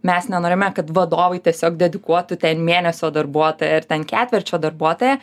mes nenorime kad vadovai tiesiog dedikuotų ten mėnesio darbuotoją ar ten ketvirčio darbuotoją